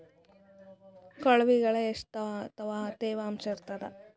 ಕೊಳವಿಗೊಳ ಎಷ್ಟು ತೇವಾಂಶ ಇರ್ತಾದ?